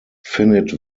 finite